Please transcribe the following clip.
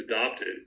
adopted